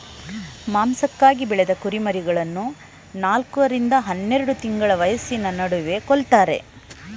ಮಾಂಸಕ್ಕಾಗಿ ಬೆಳೆದ ಕುರಿಮರಿಗಳನ್ನು ನಾಲ್ಕ ರಿಂದ ಹನ್ನೆರೆಡು ತಿಂಗಳ ವಯಸ್ಸಿನ ನಡುವೆ ಕೊಲ್ತಾರೆ